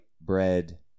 bread